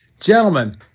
Gentlemen